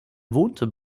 wohnte